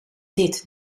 dit